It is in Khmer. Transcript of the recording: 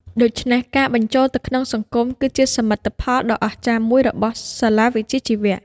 ដូច្នេះ ការបញ្ចូលទៅក្នុងសង្គមគឺជាសមិទ្ធផលដ៏អស្ចារ្យមួយរបស់សាលាវិជ្ជាជីវៈ។